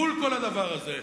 מול כל הדבר הזה,